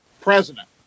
president